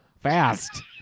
fast